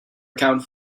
account